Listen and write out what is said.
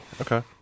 okay